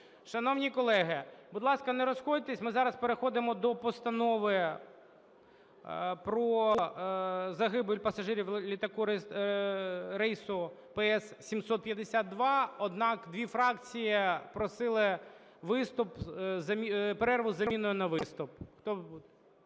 Шановні колеги, будь ласка, не розходьтеся, ми зараз переходимо до постанови про загибель пасажирів літака рейсу PS-752. Однак, дві фракції просили виступ, перерву із заміною на виступ.